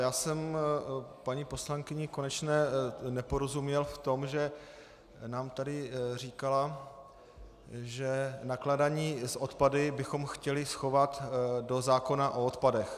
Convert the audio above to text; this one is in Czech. Já jsem paní poslankyni Konečné neporozuměl v tom, že nám tady říkala, že nakládání s odpady bychom chtěli schovat do zákona o odpadech.